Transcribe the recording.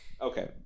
Okay